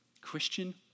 Christian